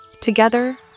Together